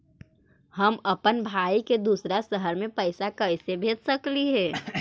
हम अप्पन भाई के दूसर शहर में पैसा कैसे भेज सकली हे?